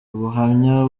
ubuhamya